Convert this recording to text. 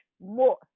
more